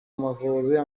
amavubi